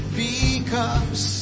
becomes